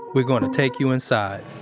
we're going to take you inside